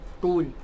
tool